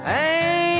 Hey